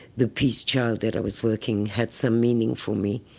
the peace child that i was working had some meaning for me.